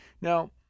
Now